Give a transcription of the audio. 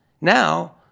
Now